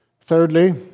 thirdly